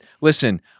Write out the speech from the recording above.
listen